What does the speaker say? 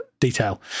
detail